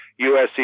USC